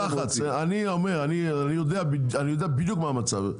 אין שום לחץ, אני אומר אני יודע בדיוק מה המצב.